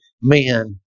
men